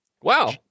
Wow